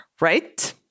right